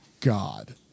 God